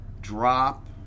drop